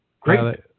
Great